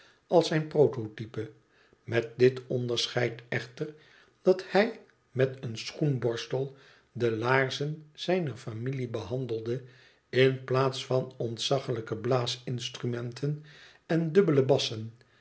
als zijne prototrpe met dit onderscheid echter dat hij met een schoenborstel de laarzen zijner familie behandelde in plaats van ontzaglijke blaasinstrumenten en dubbele bassen